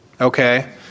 Okay